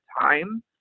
time